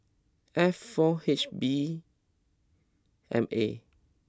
F four H B M A